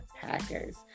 Packers